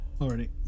already